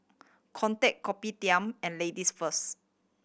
Kodak Kopitiam and Ladies First